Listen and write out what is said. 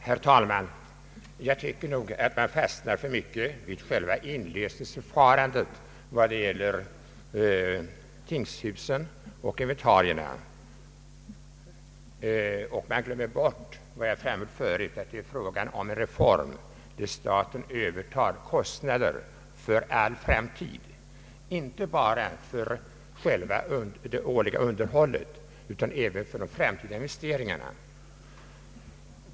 Herr talman! Jag tycker nog att man fastnar alltför mycket vid kravet på ersättning när det gäller tingshusen och inventarierna. Man glömmer bort vad jag förut framhöll, nämligen att det är fråga om en reform, där staten övertar kostnaderna för all framtid inte bara för det årliga underhållet utan även för de framtida investeringarna.